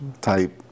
type